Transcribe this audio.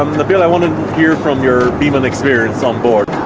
um nabila, i want to hear from your biman experience onboard.